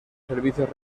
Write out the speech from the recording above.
servicios